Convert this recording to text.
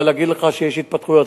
אבל להגיד לך שיש התפתחויות,